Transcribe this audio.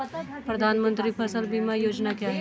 प्रधानमंत्री फसल बीमा योजना क्या है?